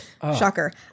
shocker